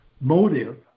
motive